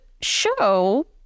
show